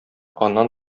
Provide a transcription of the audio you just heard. аннан